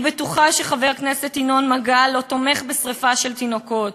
אני בטוחה שחבר הכנסת ינון מגל לא תומך בשרפת תינוקות,